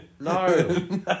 No